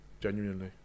Genuinely